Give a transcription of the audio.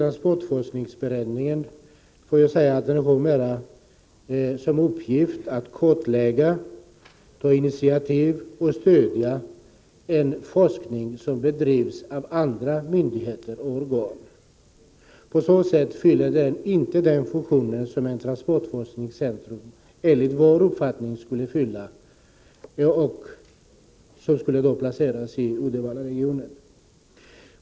Transportforskningsberedningen har såsom uppgift att kartlägga, ta initiativ och stödja en forskning som bedrivs av andra myndigheter och organ. På så sätt fyller den inte den funktion som ett transporttekniskt centrum enligt vår uppfattning skulle fylla — och då placerat i Uddevallaregionen.